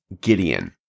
Gideon